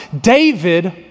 David